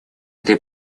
этой